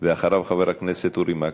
ואחריו, חבר הכנסת אורי מקלב.